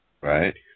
Right